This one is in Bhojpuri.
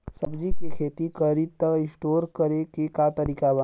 सब्जी के खेती करी त स्टोर करे के का तरीका बा?